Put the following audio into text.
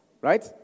right